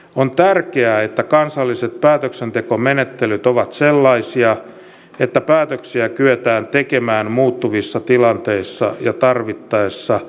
on tärkeää että kansalliset päätöksentekomenettelyt ovat sellaisia että päätöksiä kyetään tekemään muuttuvissa tilanteissa ja tarvittaessa nopeastikin